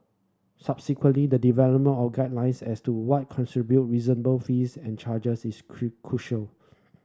subsequently the development of guidelines as to what reasonable fees and charges is crucial